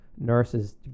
nurses